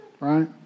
right